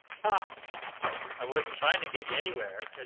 ha i wasn't trying to get you anywhere and